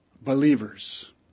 Believers